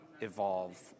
evolve